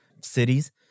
cities